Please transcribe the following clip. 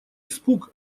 испуг